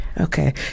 okay